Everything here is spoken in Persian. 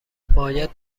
باید